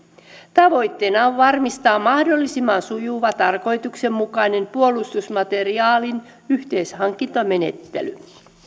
tavoitteena on varmistaa mahdollisimman sujuva tarkoituksenmukainen puolustusmateriaalin yhteishankintamenettely